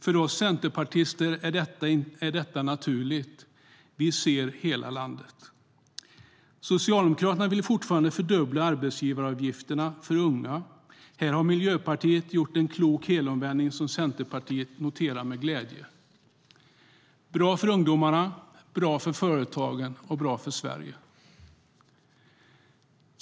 För oss Centerpartister är detta naturligt: "Vi ser hela landet." Socialdemokraterna vill fortfarande fördubbla arbetsgivaravgifterna för unga. Här har Miljöpartiet gjort en klok helomvändning som Centerpartiet noterar med glädje - bra för ungdomarna, bra för företagen och bra för Sverige.